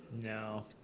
No